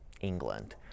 England